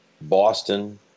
Boston